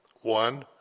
One